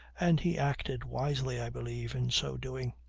and he acted wisely, i believe, in so doing.